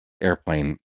airplane